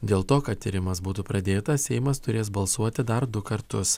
dėl to kad tyrimas būtų pradėtas seimas turės balsuoti dar du kartus